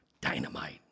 dynamite